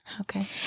Okay